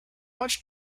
much